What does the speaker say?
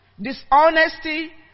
dishonesty